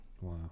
Wow